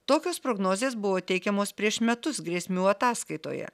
tokios prognozės buvo teikiamos prieš metus grėsmių ataskaitoje